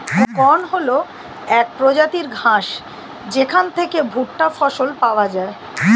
corn হল এক প্রজাতির ঘাস যেখান থেকে ভুট্টা ফসল পাওয়া যায়